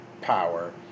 power